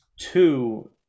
Two